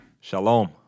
Shalom